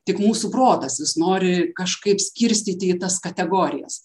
tik mūsų protas jis nori kažkaip skirstyti į tas kategorijas